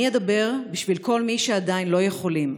אני אדבר בשביל כל מי שעדיין לא יכולים,